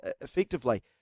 effectively